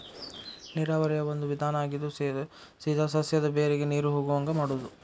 ನೇರಾವರಿಯ ಒಂದು ವಿಧಾನಾ ಆಗಿದ್ದು ಸೇದಾ ಸಸ್ಯದ ಬೇರಿಗೆ ನೇರು ಹೊಗುವಂಗ ಮಾಡುದು